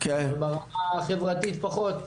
אבל ברמה החברתית פחות.